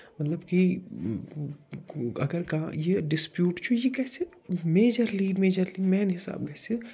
مطلب کہِ اگر کانٛہہ یہِ ڈِسپیٛوٗت چھُ یہِ گَژھِ میجرلی میجرلی میٛانہِ حِسابہٕ گَژھِ یہِ